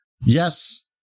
Yes